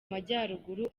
majyaruguru